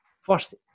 first